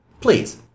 Please